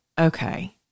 okay